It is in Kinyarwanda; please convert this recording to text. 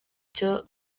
cya